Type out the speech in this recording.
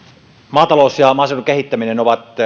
maatalous ja maaseudun kehittäminen ovat